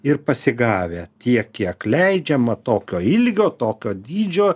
ir pasigavę tiek kiek leidžiama tokio ilgio tokio dydžio